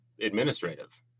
administrative